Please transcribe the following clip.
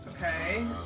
Okay